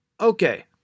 Okay